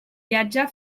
viatge